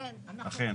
אכן.